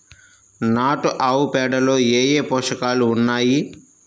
నాటు ఆవుపేడలో ఏ ఏ పోషకాలు ఉన్నాయి?